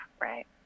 right